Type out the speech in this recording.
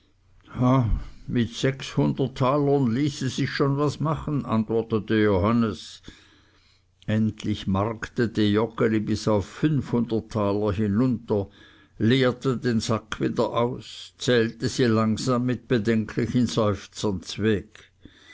mit sechshundert talern ließe sich schon was machen antwortete johannes endlich marktete joggeli bis auf fünf hundert taler hinunter leerte den sack wieder aus zählte sie langsam mit bedenklichen seufzern zweg